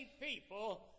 people